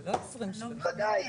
ודאי.